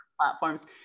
platforms